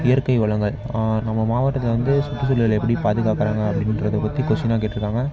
இயற்கை வளங்கள் நம்ம மாவட்டத்தில் வந்து சுற்றுச்சூழலை எப்படி பாதுகாக்கிறாங்க அப்படின்றத பற்றி கொஸினாக கேட்டிருக்காங்க